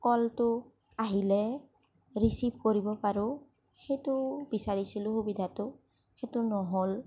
কলটো আহিলে ৰিছিভ কৰিব পাৰো সেইটো বিচাৰিছিলো সুবিধাটো সেইটো ন'হল